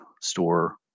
store